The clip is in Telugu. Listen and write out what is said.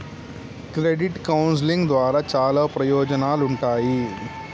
క్రెడిట్ కౌన్సిలింగ్ ద్వారా చాలా ప్రయోజనాలుంటాయి